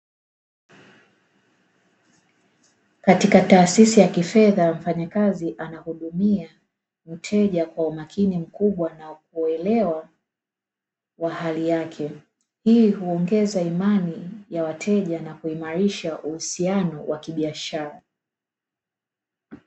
Katika taasisi ya kifedha, mfanyakazi anahudumia mteja kwa umakini mkubwa na kuelewa wa hali yake. Hii huongeza imani ya wateja na kuimarisha uhusiano wa kibiashara.